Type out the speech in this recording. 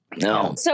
No